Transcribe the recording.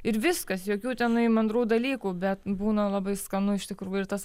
ir viskas jokių tenai mandrų dalykų bet būna labai skanu iš tikrųjų tas